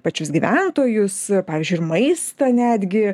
pačius gyventojus pavyzdžiui ir maistą netgi